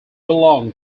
belonged